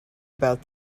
about